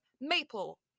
maple